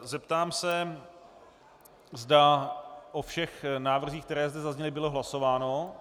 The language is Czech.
Zeptám se, zda o všech návrzích, které zde zazněly, bylo hlasováno.